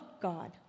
God